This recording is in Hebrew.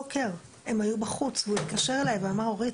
הוא התקשר אליי והוא אמר אורית,